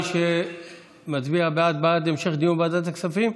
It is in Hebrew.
מי שמצביע בעד, בעד המשך דיון בוועדת הכספים?